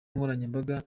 nkoranyambaga